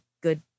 good